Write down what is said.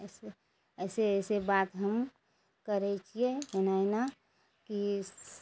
अइसे ऐसे ऐसे बात हम करय छियै एना एना कि